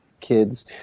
kids